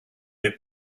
they